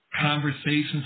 conversations